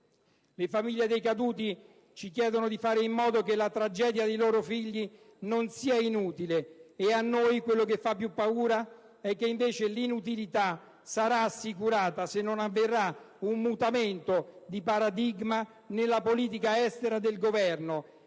Le famiglie dei caduti ci chiedono di fare in modo che la tragedia dei loro figli non sia inutile. A noi ciò che fa più paura è che invece l'inutilità sarà assicurata se non avverrà un mutamento di paradigma nella politica estera del Governo.